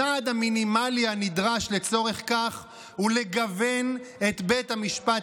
הצעד המינימלי הנדרש לצורך כך הוא לגוון את בית המשפט